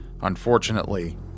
Unfortunately